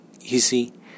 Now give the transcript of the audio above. easy